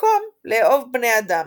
במקום לאהוב בני אדם.